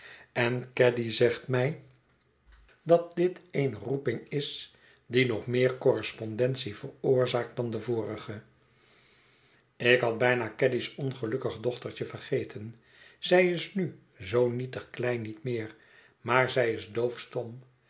en caddy zegt mij dat dit eene roeping is die nog meer correspondentie veroorzaakt dan de vorige ik had bijna caddy's ongelukkig dochtertje vergeten zij is nu zoo nietig klein niet meer maar zij is